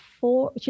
four